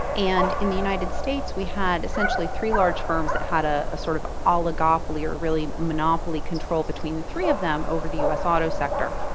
and in the united states we had essentially three large firms that had ah a sort of oligopoly or a monopoly control between the three of them over the us auto sector.